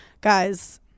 guys